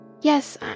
Yes